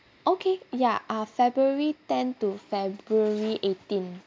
okay ya uh february ten to february eighteen